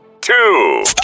Two